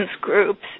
groups